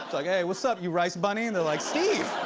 like, hey, what's up, you rice bunny? and they're like, steve!